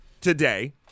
today